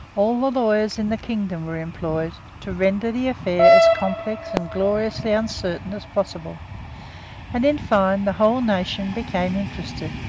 all the lawyers in the kingdom were employed, to render the affair as complex and gloriously uncertain as possible and, in fine, the whole nation became interested,